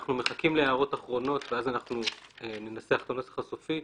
אנחנו מחכים להערות אחרונות ואז אנחנו ננסח את הנוסח הסופי,